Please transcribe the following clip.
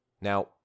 Now